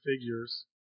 figures